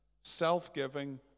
self-giving